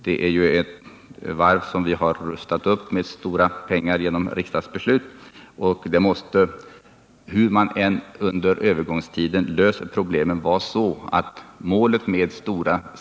Det är ju ett varv som vi har rustat upp för stora summor genom riksdagsbeslut, och det måste — hur man än under övergångstiden löser problemen — vara så att målet för de.